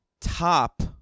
top